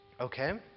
Okay